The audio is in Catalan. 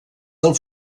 del